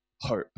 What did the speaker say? hope